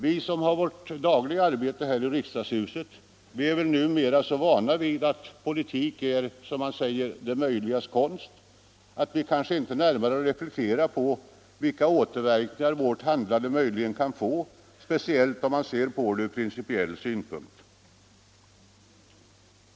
Vi som har vårt dagliga arbete här i riksdagshuset är numera så vana vid att politik är, som man säger, det möjligas konst, att vi inte närmare reflekterar på vilka återverkningar vårt handlande möjligen kan få, speciellt om man ser på det ur principiell synpunkt.